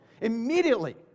Immediately